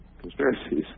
conspiracies